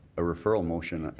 a referral motion,